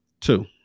Two